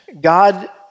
God